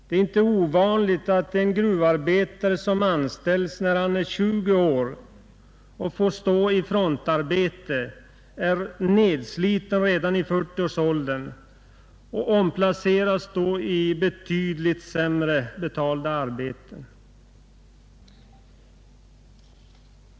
Det är inte ovanligt att en gruvarbetare som anställs när han är 20 år och får stå i frontarbete är nedsliten redan i 40-årsåldern, och han omplaceras då i ett betydligt sämre betalt arbete.